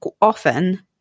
Often